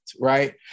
Right